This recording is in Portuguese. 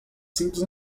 simples